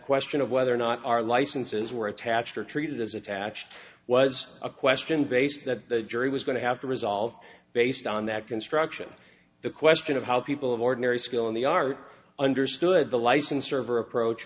question of whether or not our licenses were attached or treated as attached was a question based that the jury was going to have to resolve based on that construction the question of how people of ordinary skill in the art understood the license server approach